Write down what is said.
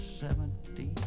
seventy